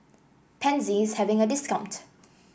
Pansy is having a discount